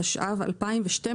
התשע"ו-2012,